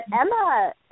Emma